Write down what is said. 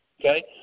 Okay